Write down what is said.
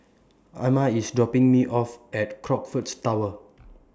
Ima IS dropping Me off At Crockfords Tower